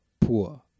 poor